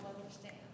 understand